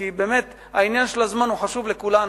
כי באמת עניין הזמן חשוב לכולנו.